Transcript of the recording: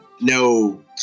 no